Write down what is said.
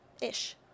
Ish